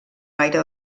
gaire